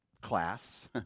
class